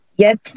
Yes